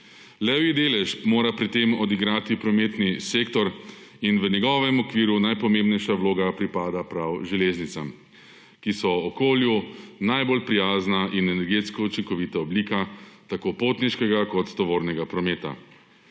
Levji delež mora pri tem odigrati prometni sektor in v njegovem okviru najpomembnejša vloga pripada prav železnicam, ki so okolju najbolj prijazna in energetsko učinkovita oblika, tako potniškega, kot tovornega prometa.